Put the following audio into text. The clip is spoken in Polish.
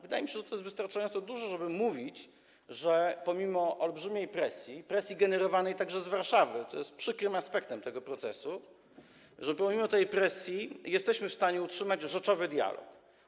Wydaje mi się, że to jest wystarczająco dużo, żeby mówić, że pomimo olbrzymiej presji, presji generowanej także z Warszawy, co jest przykrym aspektem tego procesu, jesteśmy w stanie utrzymać rzeczowy dialog.